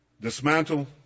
dismantle